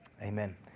Amen